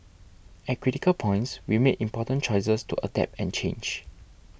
at critical points we made important choices to adapt and change